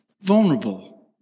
vulnerable